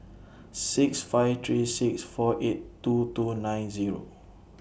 six five three six four eight two two nine Zero